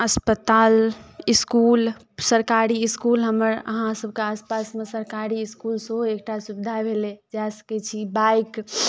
अस्पताल इसकुल सरकारी इसकुल हमर अहाँ सबके आसपासमे सरकारी इसकुल सेहो एकटा सुविधा भेलै जा सकै छी बाइक